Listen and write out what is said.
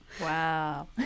Wow